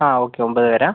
ആ ഓക്കേ ഒമ്പത് പേരാണോ